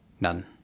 None